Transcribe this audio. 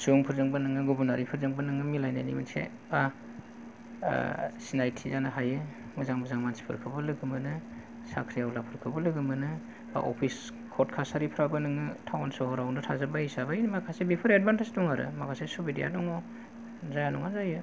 सुबुंफोरजोंबो नोङो गुबनारिफोरजोंबो नोङो मिलायनायनै मोनसे बा सिनायथि जानो हायो मोजां मोजां मानसिफोरखौबो लोगो मोनो साख्रि आवलाफोरखौबो लोगो मोनो बा अफिस कर्ट कासारिफ्राबो नोङो टाउन सहरावनो थाजोब्बाय हिसाबै माखासे बेफोर एदभान्तेज दं आरो माबासै सुबिदाया दङ जाया नङा जायो